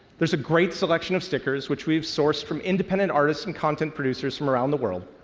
there's a great selection of stickers which we've sourced from independent artists and content producers from around the world.